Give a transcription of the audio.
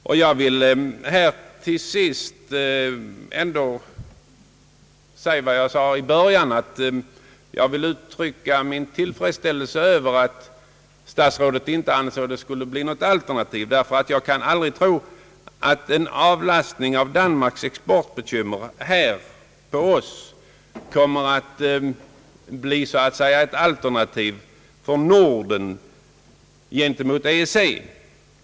Liksom jag gjorde i början av mitt anförande vill jag än en gång uttrycka min tillfredsställelse över att herr statsrådet inte ansåg att detta skulle bli något alternativ. Jag kan nämligen aldrig tro, att en avlastning av Danmarks exportbekymmer på oss kan bli så att säga ett alternativ för Norden till EEC.